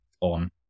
on